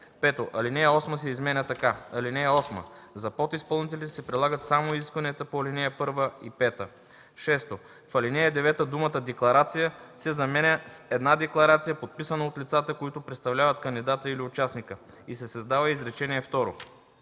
5. Алинея 8 се изменя така: „(8) За подизпълнителите се прилагат само изискванията по ал. 1 и 5.” 6. В ал. 9 думата „декларация” се заменя с „една декларация, подписана от лицата, които представляват кандидата или участника“ и се създава изречение второ: